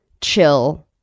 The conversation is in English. chill